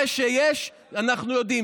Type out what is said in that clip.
זה שיש אנחנו יודעים.